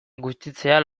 gutxitzea